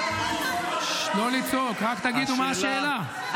לא לצעוק, רק תגידו מה השאלה.